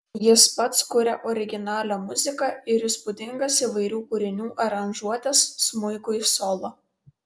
jis pats kuria originalią muziką ir įspūdingas įvairių kūrinių aranžuotes smuikui solo